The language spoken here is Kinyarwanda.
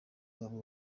babo